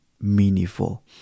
meaningful